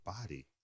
body